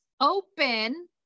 open